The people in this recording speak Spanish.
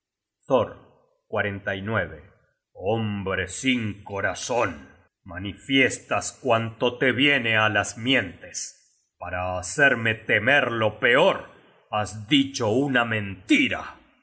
mi muerte thor hombre sin corazon manifiestas cuanto te viene á las mientes para hacerme temer lo peor has dicho una mentira